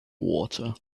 water